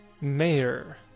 Mayor